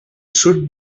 should